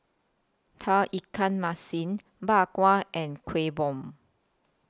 Tauge Ikan Masin Bak Kwa and Kueh Bom